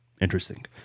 Interesting